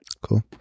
Cool